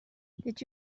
did